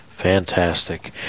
Fantastic